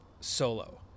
solo